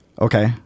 okay